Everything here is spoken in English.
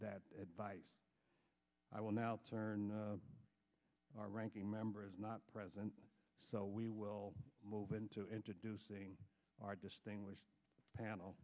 that advice i will now turn our ranking member is not present so we will move into introducing our distinguished panel